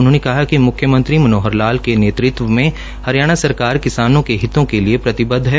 उन्होंने कहा कि मुख्यमंत्री मनोहर लाल के नेतृत्व में हरियाणा सरकार किसानो के हितों के लिए प्रतिबद्व है